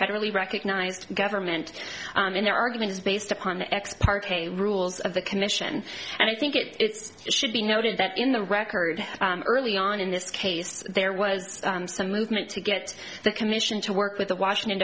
federally recognized government in their argument is based upon the parquet rules of the commission and i think it's should be noted that in the record early on in this case there was some movement to get the commission to work with the washington